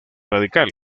radical